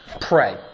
Pray